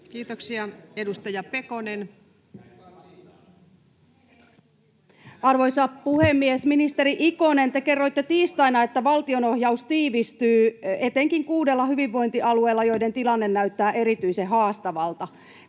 Kiitoksia. — Edustaja Pekonen. Arvoisa puhemies! Ministeri Ikonen, te kerroitte tiistaina, että valtionohjaus tiivistyy, etenkin kuudella hyvinvointialueella, joiden tilanne näyttää erityisen haastavalta.